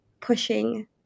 pushing